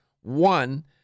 One